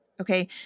Okay